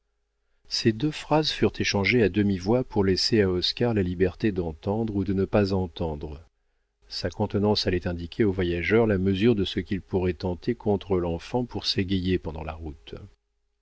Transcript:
ces deux phrases furent échangées à demi-voix pour laisser à oscar la liberté d'entendre ou de ne pas entendre sa contenance allait indiquer au voyageur la mesure de ce qu'il pourrait tenter contre l'enfant pour s'égayer pendant la route